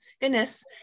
Goodness